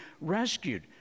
rescued